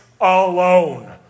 alone